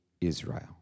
Israel